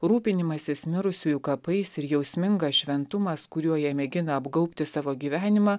rūpinimasis mirusiųjų kapais ir jausmingas šventumas kuriuo jie mėgina apgaubti savo gyvenimą